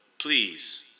Please